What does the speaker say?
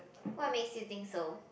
what makes you think so